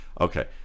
Okay